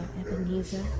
Ebenezer